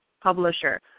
publisher